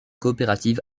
coopérative